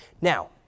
Now